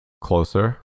Closer